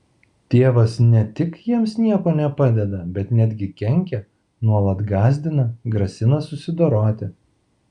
tėvas ne tik jiems niekuo nepadeda bet netgi kenkia nuolat gąsdina grasina susidoroti